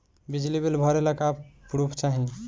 बिजली बिल भरे ला का पुर्फ चाही?